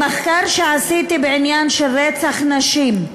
במחקר שעשיתי בעניין של רצח נשים,